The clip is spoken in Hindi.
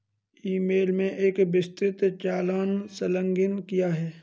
ई मेल में एक विस्तृत चालान संलग्न किया है